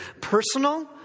personal